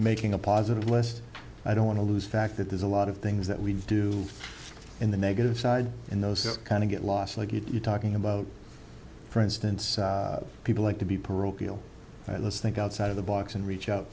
making a positive list i don't want to lose fact that there's a lot of things that we do in the negative side in those kind of get lost like you talking about for instance people like to be parochial but let's think outside of the box and reach out